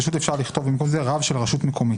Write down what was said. אפשר לכתוב במקום זה: רב של רשות מקומית.